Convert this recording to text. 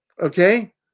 Okay